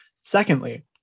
Secondly